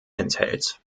enthält